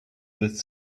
this